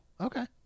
Okay